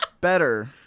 better